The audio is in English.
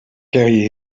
carry